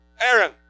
Aaron